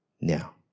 Now